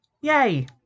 yay